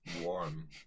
Warm